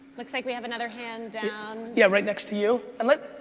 looks like we have another hand down yeah, right next to you. and let,